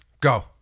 Go